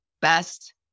best